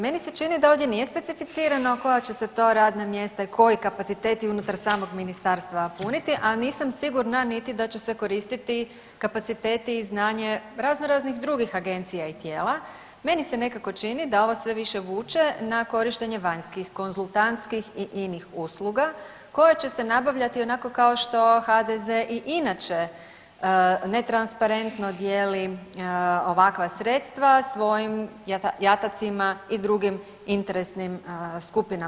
Meni se čini da ovdje nije specificirano koja će se to radna mjesta i koji kapaciteti unutar samog ministarstva puniti, a nisam sigurna niti da će se koristiti kapaciteti i znanje razno raznih drugih agencija i tijela, meni se nekako čini da ovo sve više vuče na korištenje vanjskih konzultantskih i inih usluga koje će se nabavljati onako kao što HDZ i inače netransparentno dijeli ovakva sredstva svojim jatacima i drugim interesnim skupinama.